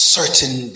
certain